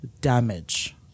damage